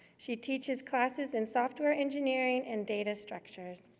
she teaches classes in software engineering and data structures.